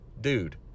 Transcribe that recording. Dude